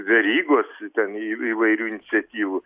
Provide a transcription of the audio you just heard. verygos ten į įvairių iniciatyvų